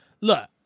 look